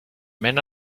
men